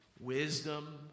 wisdom